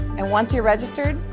and once you're registered,